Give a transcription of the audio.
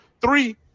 three